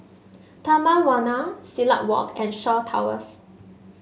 Taman Warna Silat Walk and Shaw Towers